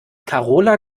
karola